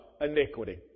iniquity